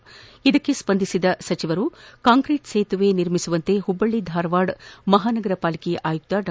ಮನವಿಗೆ ಸ್ವಂದಿಸಿದ ಸಚಿವರು ಕಾಂಕ್ರೀಟ್ ಸೇತುವೆ ನಿರ್ಮಿಸುವಂತೆ ಹುಬಳ್ಳಿ ಧಾರವಾಡ ಮಹಾನಗರ ಪಾಲಿಕೆ ಆಯುಕ್ತ ಡಾ